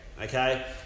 Okay